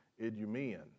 Idumean